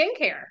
skincare